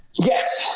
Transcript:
Yes